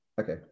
Okay